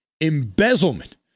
embezzlement